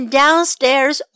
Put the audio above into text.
downstairs